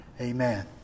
Amen